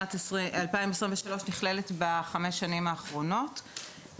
שנת 2023 נכללת בחמש השנים האחרונות.